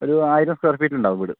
ഒരു ആയിരം സ്ക്വയർഫീറ്റുണ്ടാവും വീട്